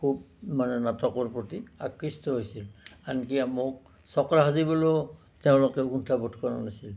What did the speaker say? খুব মানে নাটকৰ প্ৰতি আকৃষ্ট হৈছিল আনকি মোক চক্ৰ সাজিবলৈয়ো তেওঁলোকে কুণ্ঠাবোধ কৰা নাছিল